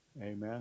Amen